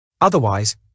Otherwise